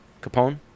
capone